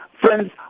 friends